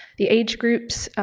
the age groups,